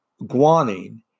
guanine